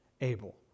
Abel